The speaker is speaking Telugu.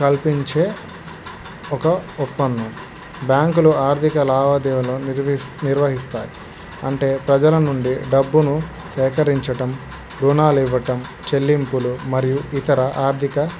కల్పించే ఒక ఒప్పందం బ్యాంకులు ఆర్థిక లావాదేవీలు నిర్వహిస్తాయి అంటే ప్రజల నుండి డబ్బును సేకరించటం రుణాలు ఇవ్వటం చెల్లింపులు మరియు ఇతర ఆర్థిక